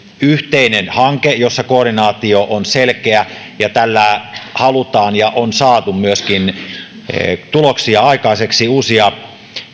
yhteinen hanke jossa koordinaatio on selkeä ja tällä halutaan ja on myöskin saatu tuloksia aikaiseksi uusia